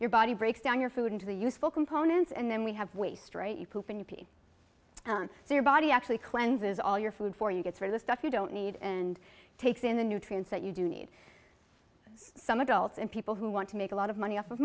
your body breaks down your food into the useful components and then we have waste right so your body actually cleanses all your food for you get some of the stuff you don't need and takes in the nutrients that you do need some adults and people who want to make a lot of money off of